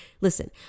Listen